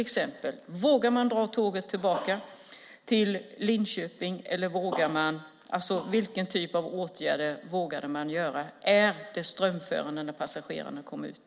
Vågar man dra tåget tillbaka till Linköping, eller vilken typ av åtgärder ska man vidta? Är det strömförande när passagerarna kommer ut?